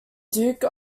duke